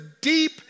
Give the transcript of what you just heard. deep